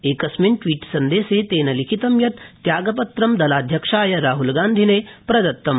एकस्मिन् ट्वीट सन्देशे तेन लिखितं यत् त्यागपत्रं दलाध्याक्षाय राहलगान्धिने प्रदत्तम